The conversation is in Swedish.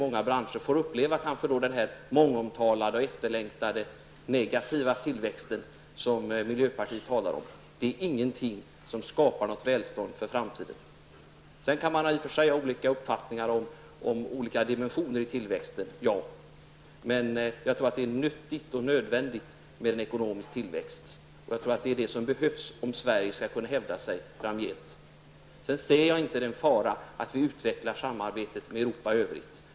Många branscher får kanske uppleva den mångomtalade och efterlängtade negativa tillväxten, som miljöpartiet talar om. Det är ingenting som skapar ett välstånd för framtiden. I och för sig kan man ha olika uppfattningar om olika dimensioner i tillväxten. Men jag tror att det är nyttigt och nödvändigt med en ekonomisk tillväxt. Jag tror att det är det som behövs om Sverige skall kunna hävda sig framgent. Jag ser inte en fara i att vi utvecklar samarbetet med Europa i övrigt.